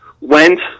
went